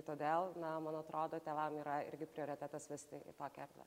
todėl na man atrodo tėvam yra irgi prioretetas vesti į tokią erdvę